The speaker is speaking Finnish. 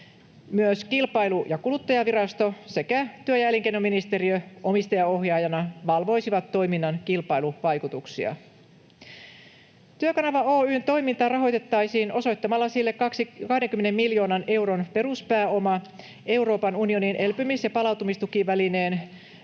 Myös Kilpailu‑ ja kuluttajavirasto sekä työ‑ ja elinkeinoministeriö omistajaohjaajana valvoisivat toiminnan kilpailuvaikutuksia. Työkanava Oy:n toimintaa rahoitettaisiin osoittamalla sille 20 miljoonan euron peruspääoma Euroopan unionin elpymis‑ ja palautumistukivälineen